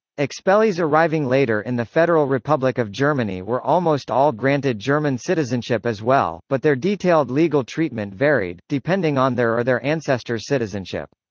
expellees arriving later in the federal republic of germany were almost all granted german citizenship as well, but their detailed legal treatment varied, depending on their or their ancestors' citizenship.